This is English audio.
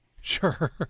Sure